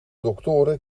doctoren